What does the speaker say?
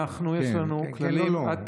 יש לנו כללים.